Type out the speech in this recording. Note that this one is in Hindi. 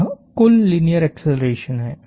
यह कुल लीनियर एक्सेलरेशन है